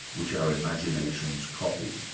which our imaginations copy.